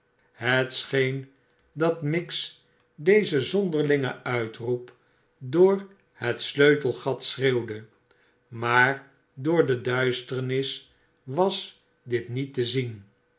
scheen dat miggs dezen zonderlmgen uitroep door netsleutelgat schreeuwde maar door de duisternis was dit niet te zien